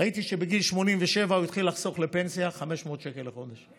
ראיתי שבגיל 87 הוא התחיל לחסוך לפנסיה 500 שקלים לחודש.